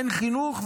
אין חינוך,